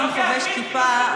אומנם חובש כיפה,